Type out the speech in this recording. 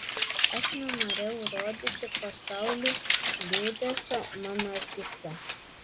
aš nenorėjau rodyti pasauliui liūdesio mano akyse